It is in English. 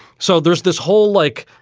so there's this whole like,